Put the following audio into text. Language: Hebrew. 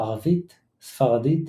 ערבית, ספרדית,